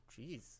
jeez